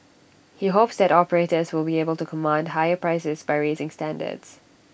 he hopes that operators will be able to command higher prices by raising standards